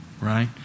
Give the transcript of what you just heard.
right